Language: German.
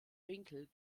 winkel